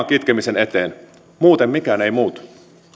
kitkemisen eteen muuten mikään ei muutu